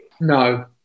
No